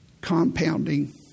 compounding